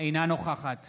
אינה נוכחת